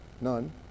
none